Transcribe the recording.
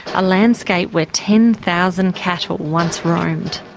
a landscape where ten thousand cattle once roamed.